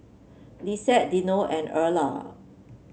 Lissette Dino and Erla